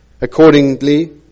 Accordingly